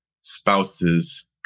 spouses